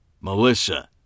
Melissa